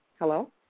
Hello